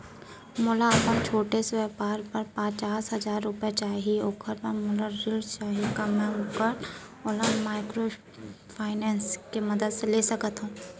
मोला अपन छोटे से व्यापार बर पचास हजार रुपिया चाही ओखर बर मोला ऋण चाही का मैं ओला माइक्रोफाइनेंस के मदद से ले सकत हो?